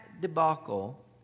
debacle